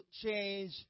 change